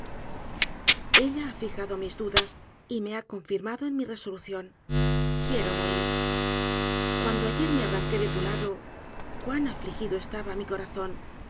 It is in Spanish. ella ha fijado mis dudas y me ha confirmado en mi resolución quiero morir cuando ayer me arranqué de tu lado cuan afligí jo estaba mi corazón